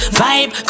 vibe